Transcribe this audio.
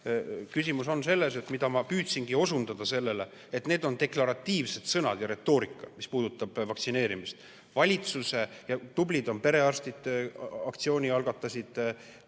Küsimus on selles, millele ma püüdsingi osundada, et need on deklaratiivsed sõnad ja retoorika, mis puudutab vaktsineerimist. Tublid on perearstid, kes aktsiooni algatasid,